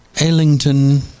Ellington